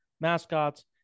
mascots